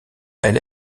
elle